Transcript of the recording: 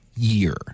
year